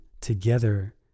together